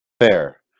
fair